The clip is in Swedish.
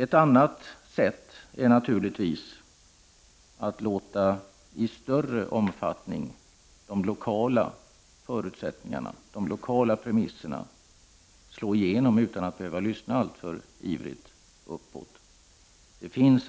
Ett annat sätt är naturligtvis att i större utsträckning låta de lokala förutsättningarna, de lokala premisserna, slå igenom utan att behöva lyssna alltför ivrigt uppåt. Det finns